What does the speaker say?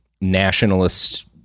nationalist